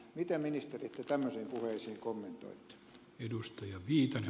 miten ministerit te tämmöisiä puheita kommentoitte